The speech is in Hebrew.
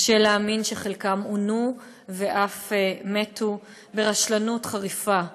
קשה להאמין שחלקם עונו ואף מתו מרשלנות חריפה,